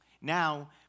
Now